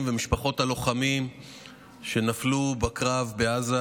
ומשפחות הלוחמים שנפלו בקרב בעזה.